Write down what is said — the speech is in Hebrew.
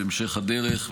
בהמשך הדרך,